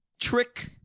trick